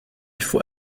faut